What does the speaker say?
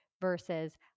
versus